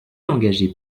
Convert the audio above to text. engagé